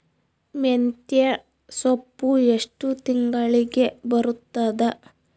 ಮೆಂತ್ಯ ಸೊಪ್ಪು ಎಷ್ಟು ತಿಂಗಳಿಗೆ ಬರುತ್ತದ?